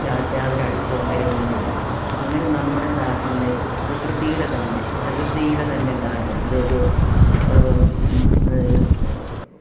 യാതൊരു അഴുക്കോ അങ്ങനെ ഒന്നുമില്ല അങ്ങനെ നമ്മുടെ നാട്ടിൽ നിന്ന് പ്രകൃതിയുടെ തന്നെ പ്രകൃതിയുടെ തന്നെ ദാ ഇതൊരു